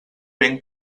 ben